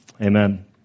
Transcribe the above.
Amen